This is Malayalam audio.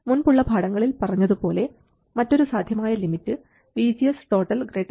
മുൻപുള്ള പാഠങ്ങളിൽ പറഞ്ഞതുപോലെ മറ്റൊരു സാധ്യമായ ലിമിറ്റ് VGS ≥ VT ആണ്